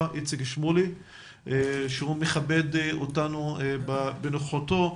איציק שמולי שהוא מכבד אותנו בנוכחותו,